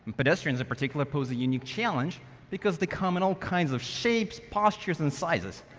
pedestrians, in particular, pose a unique challenge because they come in all kinds of shapes, postures, and sizes.